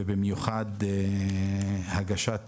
ובמיוחד הגשת